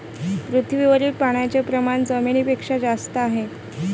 पृथ्वीवरील पाण्याचे प्रमाण जमिनीपेक्षा जास्त आहे